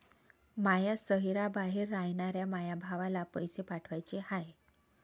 माया शैहराबाहेर रायनाऱ्या माया भावाला पैसे पाठवाचे हाय